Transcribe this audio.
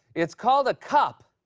it's called a cup.